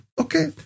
okay